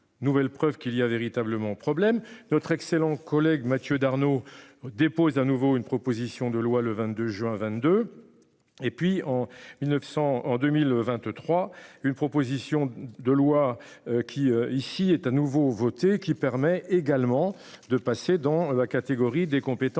Nouvelle preuve qu'il y a véritablement problème, notre excellent collègue Mathieu Darnaud dépose à nouveau une proposition de loi le 22 juin 22. Et puis en 1900 en 2023 une proposition de loi qui ici est à nouveau voter qui permet également de passer dans la catégorie des compétences